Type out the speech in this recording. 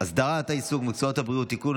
הסדרת העיסוק במקצועות הבריאות (תיקון,